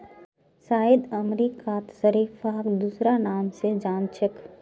शायद अमेरिकात शरीफाक दूसरा नाम स जान छेक